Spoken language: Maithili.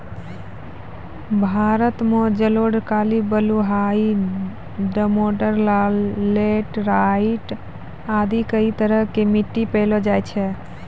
भारत मॅ जलोढ़, काली, बलुआही, दोमट, लाल, लैटराइट आदि कई तरह के मिट्टी पैलो जाय छै